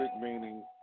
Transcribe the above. meaning